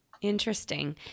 Interesting